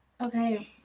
okay